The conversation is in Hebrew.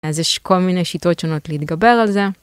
אז יש כל מיני שיטות שונות להתגבר על זה.